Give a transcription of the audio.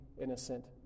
innocent